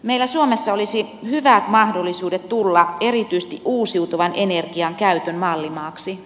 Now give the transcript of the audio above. meillä suomessa olisi hyvät mahdollisuudet tulla erityisesti uusiutuvan energian käytön mallimaaksi